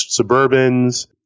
Suburbans